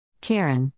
Karen